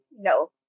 No